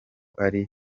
ari